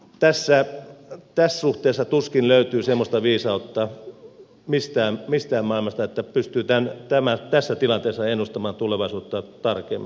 tässä suhteessa tuskin löytyy semmoista viisautta mistään maailmasta että pystyy tässä tilanteessa ennustamaan tulevaisuutta tarkemmin